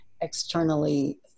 externally